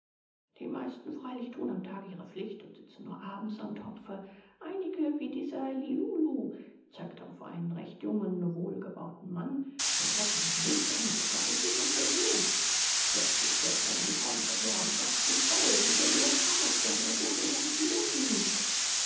die meisten freilich tun am tage ihre pflicht und sitzen nur abends am topfe einige wie dieser lilulu er zeigte auf einen recht jungen wohlgebauten mann sind wochenlang nüchtern und fleißig und trinken nichts plötzlich fällt er über die pombe her und saugt sich voll wie der leopard der an der gurgel der antilope liegt